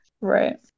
Right